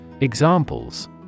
Examples